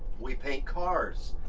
we paint cars,